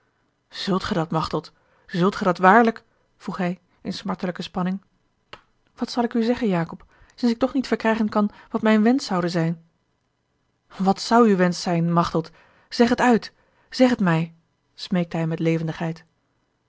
zult gij dat machteld zult gij dat waarlijk vroeg hij in smartelijke spanning wat zal ik u zeggen jacob sinds ik toch niet verkrijgen kan wat mijn wensch zoude zijn wat zou uw wensch zijn machteld zeg het uit zeg het mij smeekte hij met levendigheid